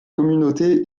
communauté